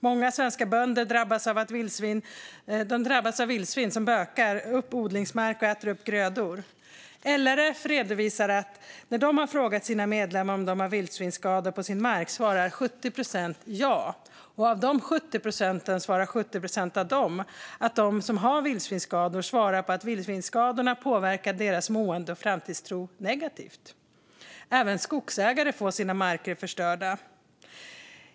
Många svenska bönder drabbas av vildsvin som bökar upp odlingsmark och äter upp grödor. LRF har redovisat att när de har frågat sina medlemmar om de har vildsvinsskador på sin mark svarar 70 procent ja. Sedan svarar 70 procent av dessa 70 procent att vildsvinsskadorna påverkar deras mående och framtidstro negativt. Även skogsägare får sina marker förstörda.